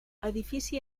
edifici